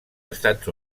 estats